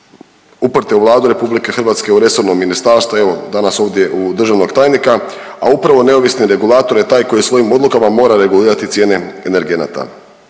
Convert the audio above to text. uprte u Vladu RH, u resorno ministarstvo, evo danas ovdje u državnog tajnika, a upravo neovisni regulator je taj koji svojim odlukama mora regulirati cijene energenata.